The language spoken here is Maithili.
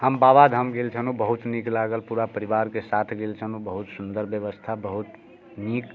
हम बाबाधाम गेल छनौ बहुत नीक लागल पूरा परिवारके साथ गेल छनौ बहुत सुन्दर व्यवस्था बहुत नीक